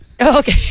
Okay